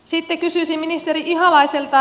sitten kysyisin ministeri ihalaiselta